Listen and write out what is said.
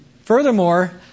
Furthermore